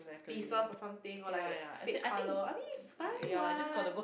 pieces or something or like fade colour I mean is fine what